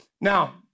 Now